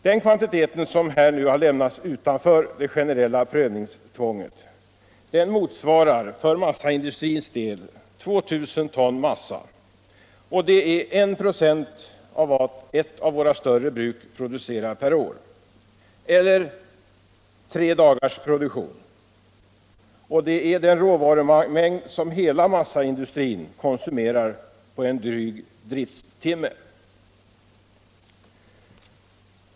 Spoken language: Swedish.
Den kvantitet som har lämnats utanför det generella prövningstvånget motsvarar för massaindustrins del 2000 ton massa. Det är 1 96 av vad ett av våra större bruk producerar per år, eller tre dagars produktion, och det är den råvarumängd som hela massaindustrin konsumerar på en dryg drifttimme.